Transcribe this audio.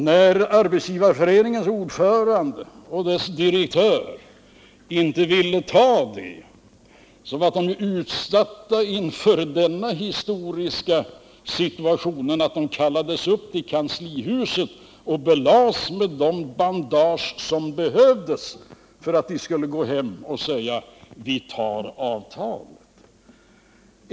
När Arbetsgivareföreningens ordförande och dess direktör inte ville ta det blev de ju utsatta för den historiska händelsen att de kallades upp till kanslihuset och belades med de bandage som behövdes för att de skulle gå hem och säga: Vi tar avtalet.